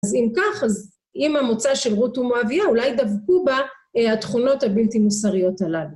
אז אם כך, אז אם המוצא של רות הוא מואבייה, אולי דבקו בה התכונות הבלתי מוסריות הללו.